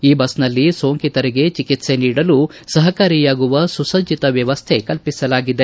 ಈ ಬಸ್ನಲ್ಲಿ ಸೋಂಕಿತರಿಗೆ ಚಿಕಿತ್ವೆ ನೀಡಲು ಸಹಕಾರಿಯಾಗುವ ಸುಸಜ್ಜಿತ ವ್ಯವಸ್ಥೆ ಕಲ್ಪಿಸಲಾಗಿದೆ